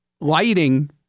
lighting